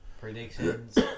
predictions